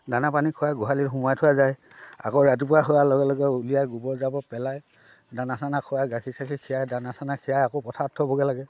দানা পানী খোৱাই গোহালিত সোমাই থোৱা যায় আকৌ ৰাতিপুৱা হোৱাৰ লগে লগে ওলিয়াই গোবৰ জাবৰ পেলাই দানা চানা খোৱাই গাখীৰ চাখীৰ খীৰাই দানা চানা খীৰাই আকৌ পথাৰত থ'বগৈ লাগে